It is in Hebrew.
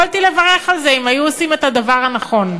יכולתי לברך על זה אם היו עושים את הדבר הנכון.